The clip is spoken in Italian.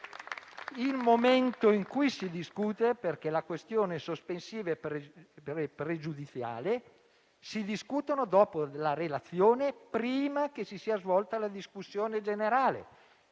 il momento in cui si discute, perché le questioni sospensiva e pregiudiziale si discutono dopo la relazione, prima che si sia svolta la discussione generale.